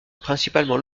principalement